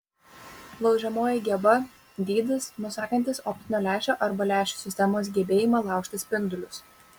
laužiamoji geba dydis nusakantis optinio lęšio arba lęšių sistemos gebėjimą laužti spindulius